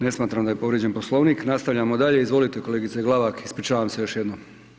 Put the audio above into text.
Ne smatram da je povrijeđen poslovnik, nastavljamo dalje, izvolite kolegice Glavak, ispričavam se još jednom.